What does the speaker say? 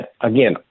again